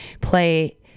play